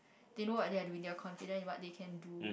they know what they're doing they're confident in what they can do